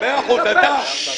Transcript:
--- מאה אחוז, כי אתה חבר כנסת.